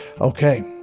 okay